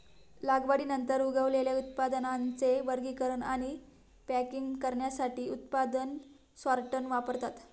लागवडीनंतर उगवलेल्या उत्पादनांचे वर्गीकरण आणि पॅकिंग करण्यासाठी उत्पादन सॉर्टर वापरतात